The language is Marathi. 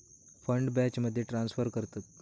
फंड बॅचमध्ये ट्रांसफर करतत